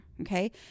Okay